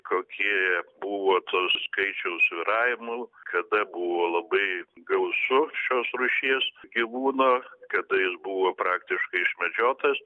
kokie buvo to skaičiaus svyravimų kada buvo labai gausu šios rūšies gyvūno kada jis buvo praktiškai išmedžiotas